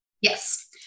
Yes